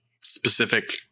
specific